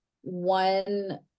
one